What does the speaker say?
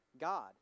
God